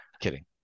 Kidding